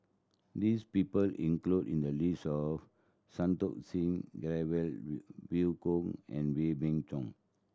this people included in the list are Santokh Singh Grewal Vivien Goh and Wee Beng Chong